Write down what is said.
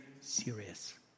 serious